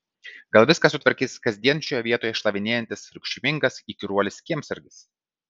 gal viską sutvarkys kasdien šioje vietoj šlavinėjantis triukšmingas įkyruolis kiemsargis